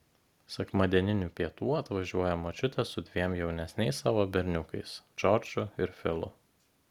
sekmadieninių pietų atvažiuoja močiutė su dviem jaunesniais savo berniukais džordžu ir filu